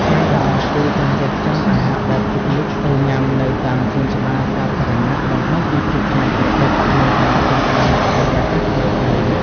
ការដែលដៃគូចេះរៀបចំអាហារបែប Picnic ទៅញ៉ាំនៅតាមសួនច្បារសាធារណៈ បង្ហាញពីភាពច្នៃប្រឌិត និងការចង់បានបរិយាកាសថ្មីៗ។